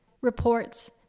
reports